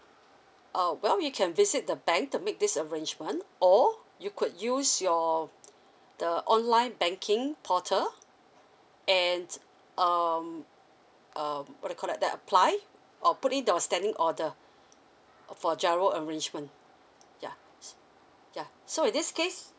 uh well you can visit the bank to make this arrangement or you could use your the online banking portal and um um what you call that then apply or put in a standing order for giro arrangement ya s~ ya so in this case